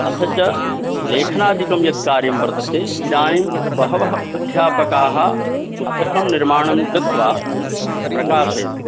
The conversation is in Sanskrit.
अथ च लेखनादिकं यत् कार्यं वर्तते इदानीं बहवः अध्यापकाः पुस्तकं निर्माणं कृत्वा प्राकाशयन्